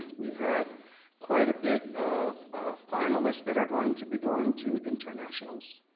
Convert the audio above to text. we had quite a bit of finalists that are going to be going to internationals,